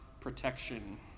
protection